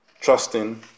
trusting